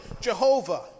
Jehovah